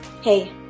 Hey